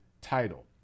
title